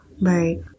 right